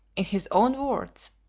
in his own words,